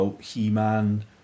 He-Man